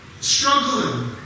struggling